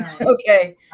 okay